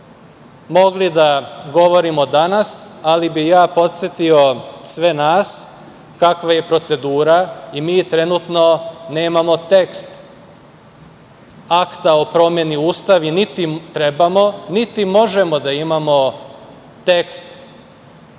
mogli da govorimo danas, ali bih ja podsetio sve nas kakva je procedura i mi trenutno nemamo tekst akta o promeni Ustava, niti trebamo, niti možemo da imamo tekst